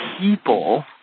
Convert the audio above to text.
people